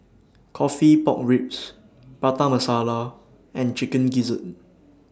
Coffee Pork Ribs Prata Masala and Chicken Gizzard